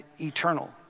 eternal